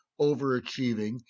overachieving